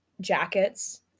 jackets